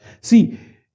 See